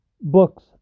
books